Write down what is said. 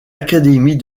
académie